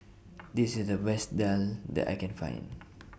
This IS The Best Daal that I Can Find